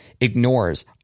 ignores